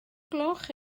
gloch